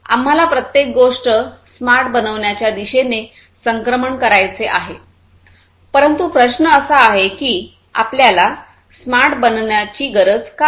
आम्हाला प्रत्येक गोष्ट स्मार्ट बनवण्याच्या दिशेने संक्रमण करायचे आहे परंतु प्रश्न असा आहे की आपल्याला स्मार्ट बनवण्याची गरज का आहे